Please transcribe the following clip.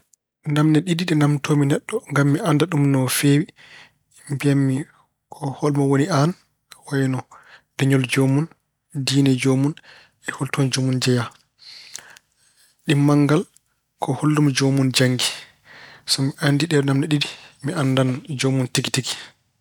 Naamne ɗiɗi ɗe naamnatoomi neɗɗo ngam mi annda ɗum no feewi, mbiyam- mi ko: Homo woni aan? hol leñol joomum? diine joomum? e holtoon joomum jeyaa? Ɗimmal ngal, ko hollum joom janngi. So mi anndii ɗee naamne ɗiɗi, mi anndan joomum tigi tigi.